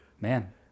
man